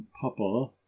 papa